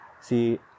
See